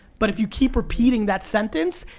but if you keep repeating that sentence,